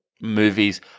movies